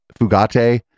Fugate